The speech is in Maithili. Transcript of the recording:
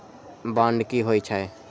बांड की होई छै?